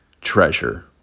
treasure